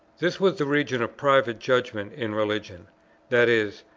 this was the region of private judgment in religion that is,